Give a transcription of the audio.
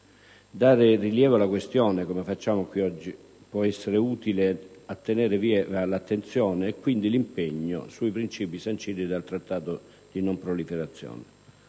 Dare rilievo alla questione, come facciamo qui oggi, può essere utile a tenere viva l'attenzione, e quindi l'impegno, sui principi sanciti dal Trattato di non proliferazione.